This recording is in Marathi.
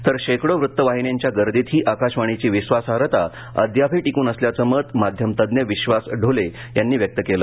तर शेकडो वृत्तवाहिन्यांच्या गर्दीतही आकाशवाणीची विश्वासार्हता अद्यापही टिकून असल्याचं मत माध्यम तज्ज्ञ विश्राम ढोले यांनी व्यक्त केलं